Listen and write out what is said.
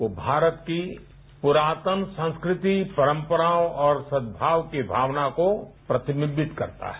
वो भारत की पुरातन संस्कृति परंपराओं और सद्भाव की भावना को प्रतिनिधित्व करता है